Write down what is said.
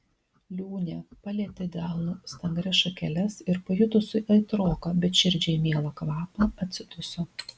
liūnė palietė delnu stangrias šakeles ir pajutusi aitroką bet širdžiai mielą kvapą atsiduso